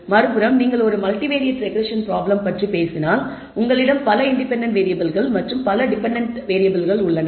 மறுபுறம் நீங்கள் ஒரு மல்டிவேரியேட் ரெக்ரெஸ்ஸன் ப்ராப்ளத்தை பற்றி பேசினால் உங்களிடம் பல இன்டெபென்டென்ட் வேறியபிள்கள் மற்றும் பல டெபென்டென்ட் வேறியபிள்கள் உள்ளன